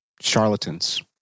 charlatans